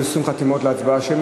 היצע דירות מגורים נמוך לא עברה.